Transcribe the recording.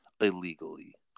illegally